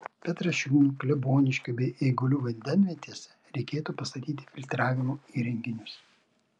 petrašiūnų kleboniškio bei eigulių vandenvietėse reikėtų pastatyti filtravimo įrenginius